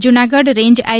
Junagadh range I